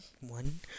one